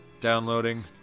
Downloading